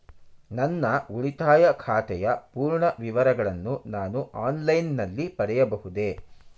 ನನ್ನ ಉಳಿತಾಯ ಖಾತೆಯ ಪೂರ್ಣ ವಿವರಗಳನ್ನು ನಾನು ಆನ್ಲೈನ್ ನಲ್ಲಿ ಪಡೆಯಬಹುದೇ?